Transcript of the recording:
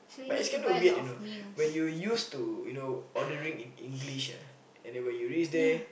but it's kinda weird you know when you used to you know ordering in English ah and then when you reach there